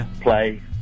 play